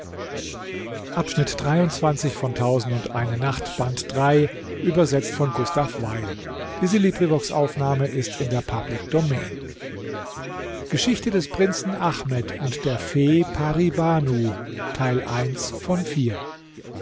feinde des prinzen ahmed